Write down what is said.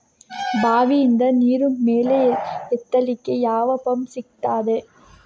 ಬಾವಿಯಿಂದ ನೀರು ಮೇಲೆ ಎತ್ತಲಿಕ್ಕೆ ಯಾವ ಪಂಪ್ ಬೇಕಗ್ತಾದೆ?